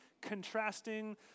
contrasting